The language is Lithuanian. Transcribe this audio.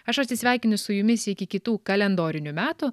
aš atsisveikinu su jumis iki kitų kalendorinių metų